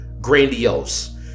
grandiose